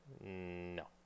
No